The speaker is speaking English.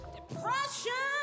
Depression